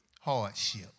Hardship